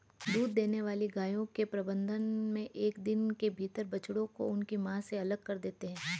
दूध देने वाली गायों के प्रबंधन मे एक दिन के भीतर बछड़ों को उनकी मां से अलग कर देते हैं